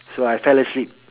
so I fell asleep